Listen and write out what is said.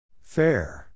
Fair